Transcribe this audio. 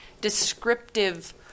descriptive